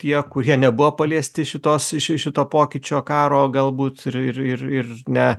tie kurie nebuvo paliesti šitos ši šito pokyčio karo galbūt ir ir ir ne